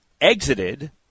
exited